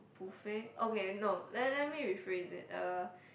buffet okay no let let me rephrase it uh